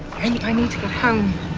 and i need to get home.